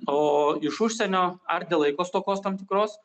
o iš užsienio ar dėl laiko stokos tam tikros